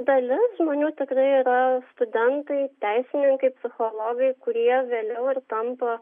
dalis žmonių tikrai yra studentai teisininkai psichologai kurie vėliau ir tampa